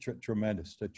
Tremendous